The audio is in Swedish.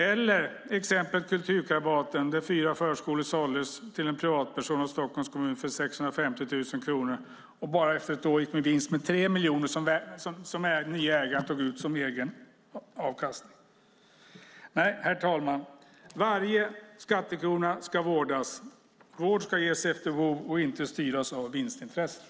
Ett annat exempel är Kulturkrabaten. Fyra förskolor såldes till en privatperson av Stockholms kommun för 650 000 kronor och gick efter bara ett år med vinst med 3 miljoner, som den nya ägaren tog ut som egen avkastning. Nej, herr talman, varje skattekrona ska vårdas. Vård ska ges efter behov och inte styras av vinstintressen.